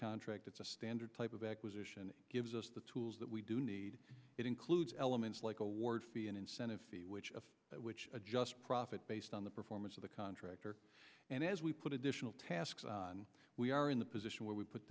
contract it's a standard type of acquisition gives us the tools that we do need it includes elements like award fee and incentive which of which adjust profit based on the performance of the contractor and as we put additional tasks we are in the position where we put